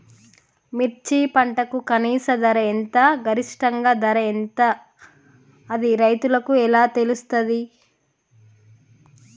మిర్చి పంటకు కనీస ధర ఎంత గరిష్టంగా ధర ఎంత అది రైతులకు ఎలా తెలుస్తది?